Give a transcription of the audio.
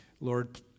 Lord